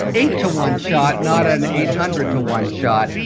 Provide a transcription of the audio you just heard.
eight to one shot, not an eight hundred to one shot.